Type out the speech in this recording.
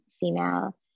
female